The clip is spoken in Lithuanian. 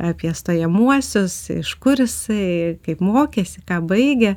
apie stojamuosius iš kur jisai kaip mokėsi ką baigė